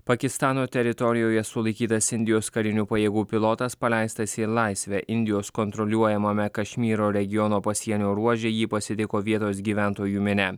pakistano teritorijoje sulaikytas indijos karinių pajėgų pilotas paleistas į laisvę indijos kontroliuojamame kašmyro regiono pasienio ruože jį pasitiko vietos gyventojų minia